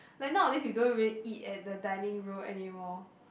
like nowadays we don't really eat at the dining room anymore